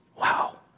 Wow